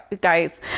guys